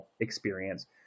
experience